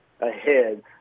ahead